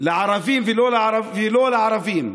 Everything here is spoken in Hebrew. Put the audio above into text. לערבים וללא-לערבים.